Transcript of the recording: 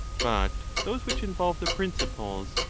but those which involve the principles,